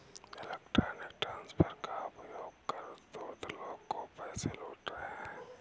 electronic transfer का उपयोग कर धूर्त लोग खूब पैसे लूट रहे हैं